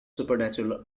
supernatural